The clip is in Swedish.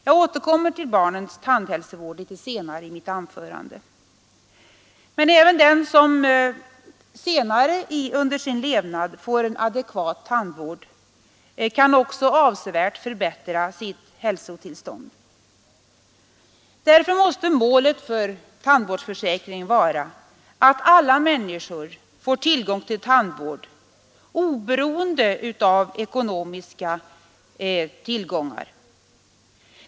Jag återkommer till barnens tandhälsovård litet senare i mitt anförande. Även den som senare under sin levnad får en adekvat tandvård kan dock avsevärt förbättra sitt hälsotillstånd. Därför måste målet för tandvårdsförsäkringen vara att alla människor får tillgång till tandvård oberoende av ekonomiska resurser.